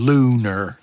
Lunar